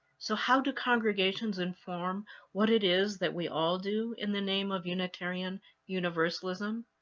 so how do congregations inform what it is that we all do in the name of unitarian universalism?